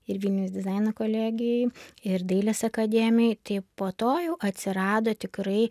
ir vilniaus dizaino kolegijoj ir dailės akademijoj tai po to jau atsirado tikrai